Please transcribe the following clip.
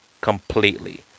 completely